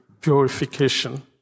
purification